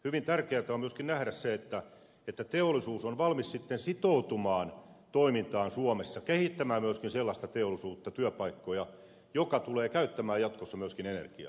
hyvin tärkeätä on myöskin nähdä se että teollisuus on valmis sitten sitoutumaan toimintaan suomessa kehittämään myöskin sellaista teollisuutta työpaikkoja joka tulee käyttämään jatkossa myöskin energiaa